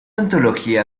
antología